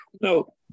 No